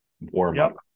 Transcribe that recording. warm-up